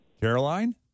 Caroline